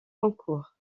concours